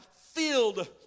filled